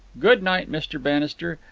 good night, mr. bannister.